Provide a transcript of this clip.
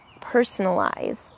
personalize